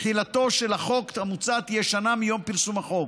תחילתו של החוק המוצע תהיה שנה מיום פרסום החוק.